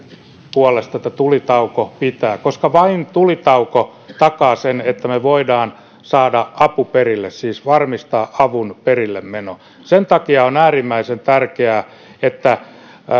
puolesta että tulitauko pitää koska vain tulitauko takaa sen että me voimme saada avun perille siis varmistaa avun perillemenon sen takia on äärimmäisen tärkeää että